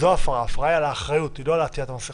זו ההפרה ההפרה היא על האחריות ולא על עטיית המסיכה.